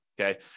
Okay